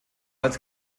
als